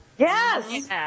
yes